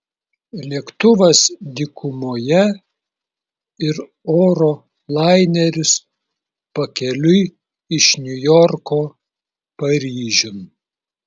lėktuvas dykumoje ir oro laineris pakeliui iš niujorko paryžiun